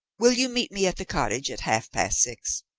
will you meet me at the cottage at half-past six?